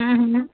ह्म्म ह्म्म